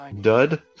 Dud